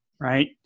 right